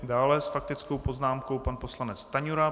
Dále s faktickou poznámkou pan poslanec Stanjura.